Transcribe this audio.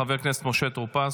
חבר הכנסת משה טור פז.